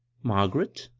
margaret.